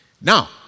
Now